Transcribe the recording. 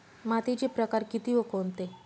मातीचे प्रकार किती व कोणते?